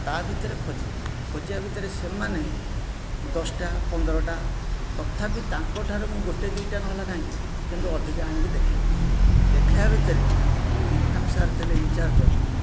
ତା' ଭିତରେ ଖୋଜିବି ଖୋଜିବା ଭିତରେ ସେମାନେ ଦଶଟା ପନ୍ଦରଟା ତଥାପି ତାଙ୍କ ଠାରୁ ମୁଁ ଗୋଟିଏ ଦୁଇଟା ନହେଲା କାହିଁକି କିନ୍ତୁ ଅଧିକା ଆଣିକି ଦେଖାଇବି ଦେଖାଇବା ଭିତରେ ଯେଉଁ ଇରଫାନ୍ ସାର୍ ଥିଲେ ଇନ୍ ଚାର୍ଜ